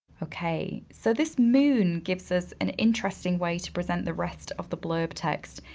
okay, so this moon gives us an interesting way to present the rest of the blurb text.